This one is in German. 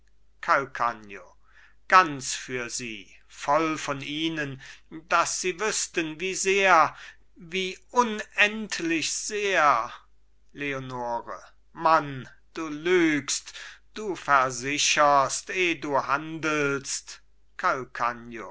calcagno ganz für sie voll von ihnen daß sie wüßten wie sehr wie unendlich sehr leonore mann du lügst du versicherst eh du handelst